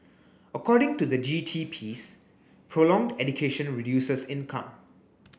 according to the G T piece prolonged education reduces income